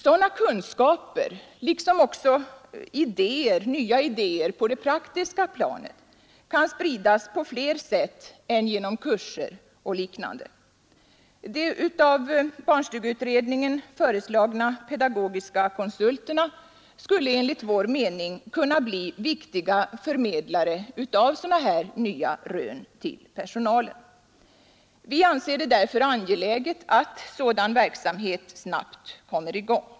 Sådana kunskaper liksom nya idéer också på det praktiska planet kan spridas på fler sätt än genom kurser och liknande. De av barnstugeutredningen föreslagna pedagogiska konsulterna skulle enligt vår mening kunna bli viktiga förmedlare av nya rön till personalen. Vi anser det därför angeläget att sådan verksamhet snabbt kommer i gång.